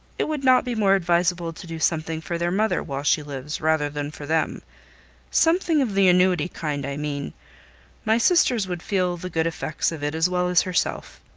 it would not be more advisable to do something for their mother while she lives, rather than for them something of the annuity kind i mean my sisters would feel the good effects of it as well as herself.